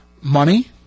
money